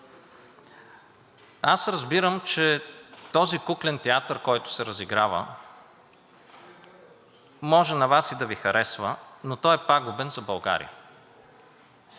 аз разбирам, че този куклен театър, който се разиграва, може на Вас и да Ви харесва, но той е пагубен за България.